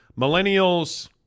millennials